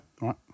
right